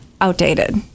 outdated